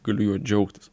galiu juo džiaugtis